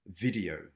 video